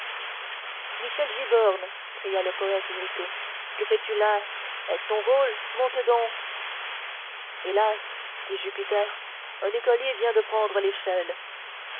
michel giborne cria le poète irrité que fais-tu là est-ce ton rôle monte donc hélas dit jupiter un écolier vient de prendre